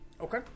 Okay